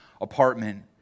apartment